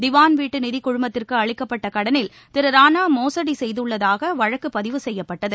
திவாள் வீட்டு நிதிக் குழுமத்திற்கு அளிக்கப்பட்ட கடனில் திரு ரானா மோசடி செய்துள்ளதாக வழக்கு பதிவு செய்யப்பட்டது